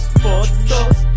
photos